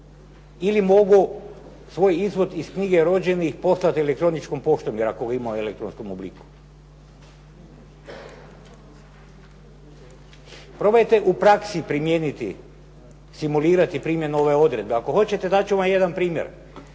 ili mogu svoj izvod iz knjige rođenih poslati elektroničkom poštom, jer ako ga imam u elektronskom obliku? Probajte u praksi primijeniti, simulirati primjenu ove odredbe. Ako hoćete dat ću vam jedan primjer.